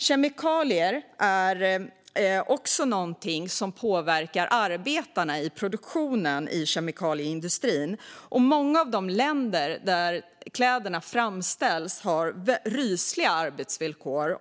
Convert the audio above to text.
Kemikalier är också något som påverkar arbetarna i produktionen i textilindustrin. Många länder där kläderna framställs har rysliga arbetsvillkor.